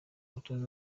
umutoza